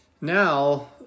now